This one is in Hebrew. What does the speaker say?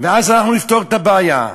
ואז אנחנו נפתור את הבעיה.